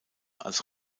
als